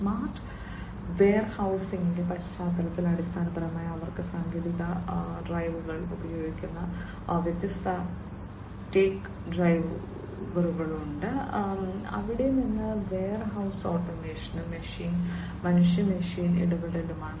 smart വെയർഹൌസിംഗിന്റെ പശ്ചാത്തലത്തിൽ അടിസ്ഥാനപരമായി അവർക്ക് സാങ്കേതിക ഡ്രൈവറുകൾ ഉപയോഗിക്കുന്ന വ്യത്യസ്ത ടെക് ഡ്രൈവറുകളുണ്ട് അവിടെ ഒന്ന് വെയർഹൌസ് ഓട്ടോമേഷനും മനുഷ്യ മെഷീൻ ഇടപെടലുമാണ്